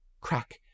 crack